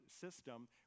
system